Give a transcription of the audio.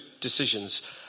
decisions